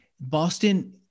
Boston –